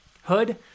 Hood